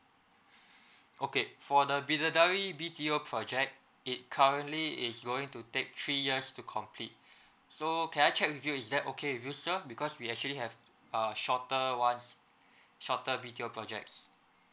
okay for the bidadari B_T_O project it currently is going to take three years to complete so can I check with you is that okay with you sir because we actually have uh shorter ones shorter B_T_O projects